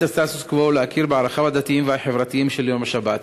לכבד את הסטטוס-קוו ולהכיר בערכיו הדתיים והחברתיים של יום השבת.